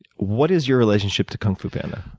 what is your relationship to kung fu panda?